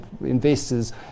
investors